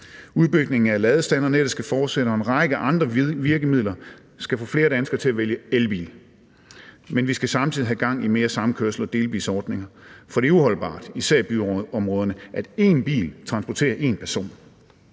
Udbygningen af ladestandernettet skal fortsætte, og en række andre virkemidler skal få flere danskere til at vælge elbil. Men vi skal samtidig have gang i mere samkørsel og delebilsordninger, for det er uholdbart, især i byområderne, at én bil transporterer én person.